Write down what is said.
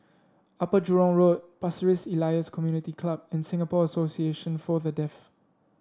Upper Jurong Road Pasir Ris Elias Community Club and Singapore Association For The Deaf